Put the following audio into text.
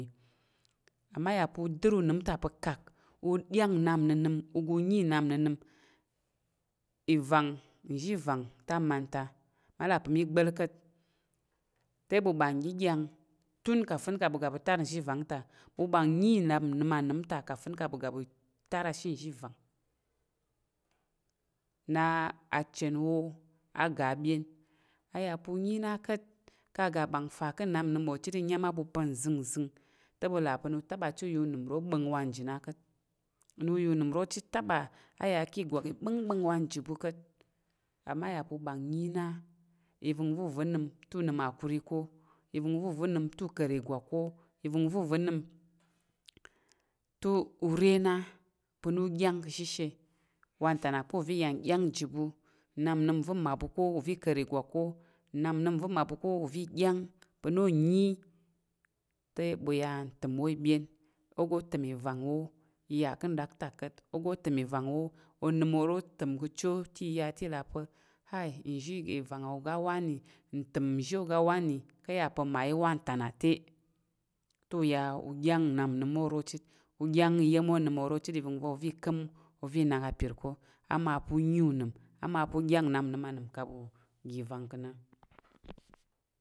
Amma a yà pa̱ u dər uəm ta pa̱ kak, uɗyang nnap nənəm uga u nyi nnap nənəm ivang, nzhi ivang te amanta ma là pa̱ mi gba̱l ka̱t te ɓu ɓan nɗəɗyang tun kafin ka̱ ɓu ga ɓu tar nzhi ivang ta. Ɓu ɓan nyi nnap nnəm anəm ta kafin ka ɓu ga ɓu tar a she nzhi ivang na a chen wo a ga abyen. A ya pa̱ u nyi na ka̱t ka̱ a ga ɓan fa ka̱ nnap nnəm wo hit i nyam á ɓu pa̱ nzəng- zəng te ɓu là pa̱ nu taba chit u ya unəm ro gbá̱ng wa nji na ka̱t. Nu ya unəm ro taba ya ki ìgwak iɓá̱ngɓa̱ng wa nji ɓu ka̱t "amma" a ya pa̱ uba̱n nyi na, ivəngva̱ uza̱ nəm te, u nəm "akuri ka̱ ivəngva̱ uza̱ nəm te ure na pa̱ na ɗyang ká̱ shishe wanta na kpa uza̱ iya nɗyang nji ɓu nnap nnəm va̱ mmaɓu ka̱ uza̱ i ka̱r ìgwak ká̱, nnap=nnəm va̱ mmaɓu ka̱ uza̱ i ɗyang pa̱ na o nyi te ɓu ya ntəm wo i byen, oga təm ivang wo iya ka̱ nɗaktak ka̱t. Oga təm ivang wo onəm oro təm ka̱ cho te i ya te i là pa̱ hai nzhi ivang oga wani, ntəm nzhi oga wani ka̱ ya pa̱ mmayi wanta na te, ta ya u ɗyang nnap nəm oro chit. U ɗyang iya̱m onəm oro chit iva̱ngva̱ oza̱ ka̱m ova i nak apir ká̱. Ama pa u nyi unəm, amapa̱ u ɗyang nnap nnəm kang ɓu ga ivang ka̱ na